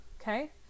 Okay